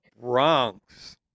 Bronx